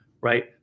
right